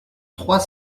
trois